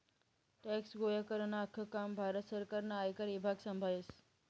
tax गोया करानं आख्खं काम भारत सरकारनं आयकर ईभाग संभायस